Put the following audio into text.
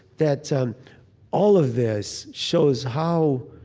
that um all of this shows how